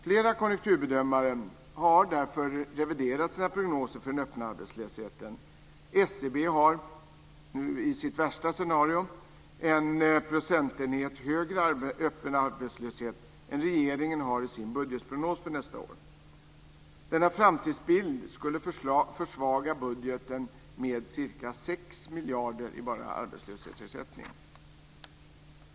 Flera konjukturbedömare har därför reviderat sina prognoser för den öppna arbetslösheten. SEB har i sitt värsta scenario en procentenhet högre öppen arbetslöshet än vad regeringen har i sin budgetprognos för nästa år. Denna framtidsbild skulle försvaga budgeten med ca 6 miljarder bara i arbetslöshetsersättning.